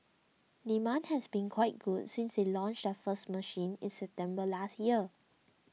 demand has been quite good since they launched their first machine in September last year